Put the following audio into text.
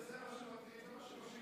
זה שאתה עומד, זה מה שמושיב